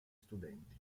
studenti